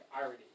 irony